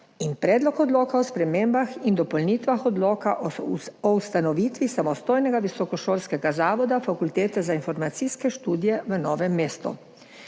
in Predlog odloka o spremembah in dopolnitvah Odloka o ustanovitvi samostojnega visokošolskega zavoda Fakultete za informacijske študije v Novem mestu.